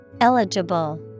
Eligible